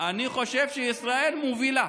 אני חושב שישראל מובילה.